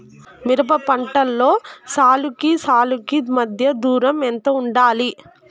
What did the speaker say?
మిరప పంటలో సాలుకి సాలుకీ మధ్య దూరం ఎంత వుండాలి?